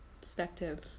perspective